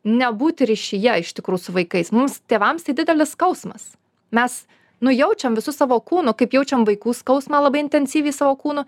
nebūti ryšyje iš tikrų su vaikais mums tėvams tai didelis skausmas mes nu jaučiam visu savo kūnu kaip jaučiam vaikų skausmą labai intensyviai savo kūnu